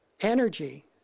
energy